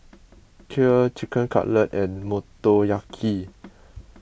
Kheer Chicken Cutlet and Motoyaki